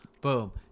Boom